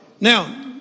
Now